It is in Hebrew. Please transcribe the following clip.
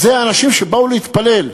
זה אנשים שבאו להתפלל,